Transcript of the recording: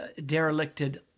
derelicted